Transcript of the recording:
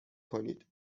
کنید